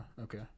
Okay